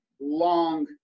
long